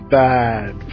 bad